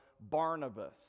Barnabas